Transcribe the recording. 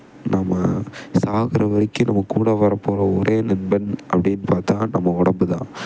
நாம் சாகிற வரைக்கும் நம்ம கூட வர போகிற ஒரே நண்பன் அப்படின்னு பார்த்தா நம்ப உடம்பு தான்